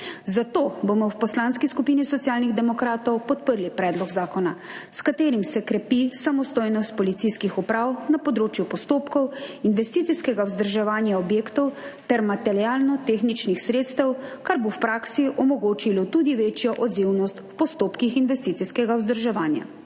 zato bomo v Poslanski skupini Socialnih demokratov podprli predlog zakona, s katerim se krepi samostojnost policijskih uprav na področju postopkov investicijskega vzdrževanja objektov ter materialno-tehničnih sredstev, kar bo v praksi omogočilo tudi večjo odzivnost v postopkih investicijskega vzdrževanja.